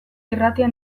irratia